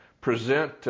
present